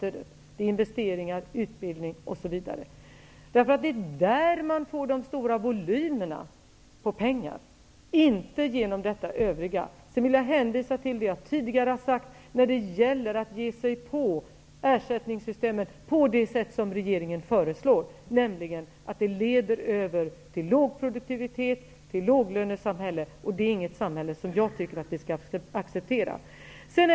Det är bl.a. investeringar i utbildning osv. Det är där man får de stora volymerna, inte genom det övriga som föreslagits. Sedan vill jag hänvisa till det jag sade tidigare om att ge sig på ersättningssystemet på det sätt som regeringen föreslår -- det leder över till låg produktivitet och ett låglönesamhälle. Det är inget samhälle som jag tycker att vi skall acceptera.